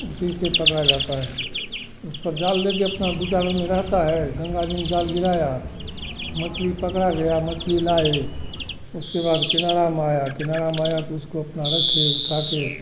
उसीसे पकड़ा जाता है उस पर जाल लेके अपना दो चार आदमी रहता है गंगा जी में जाल गिराया मछली पकड़ा गया मछली लाए उसके बाद किनारा में आया किनारा मैने तो उसको अपना रखें उठाके